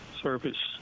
Service